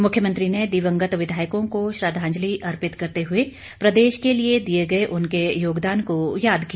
मुख्यमंत्री ने दिवंगत विधायकों को श्रद्वांजलि अर्पित करते हुए प्रदेश के लिए दिए गए उनके योगदान को याद किया